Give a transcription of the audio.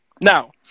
now